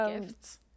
gifts